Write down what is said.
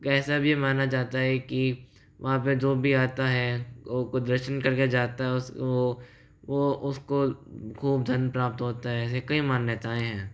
ऐसा भी माना जाता है कि वहाँ पर जो भी आता है और दर्शन करके जाता है उस वह उसको खूब धन प्राप्त होता है ऐसी कई मान्यताएं हैं